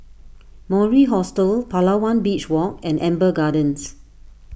Mori Hostel Palawan Beach Walk and Amber Gardens